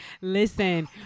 listen